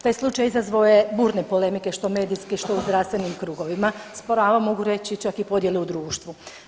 Taj slučaj izazvao je burne polemike što medijski, što u zdravstvenim krugovima, s pravom mogu reći čak i podjele u društvu.